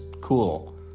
cool